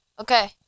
okay